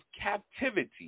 captivity